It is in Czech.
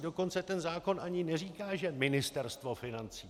Dokonce ten zákon ani neříká, že Ministerstvo financí.